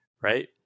right